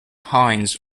hines